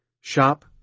shop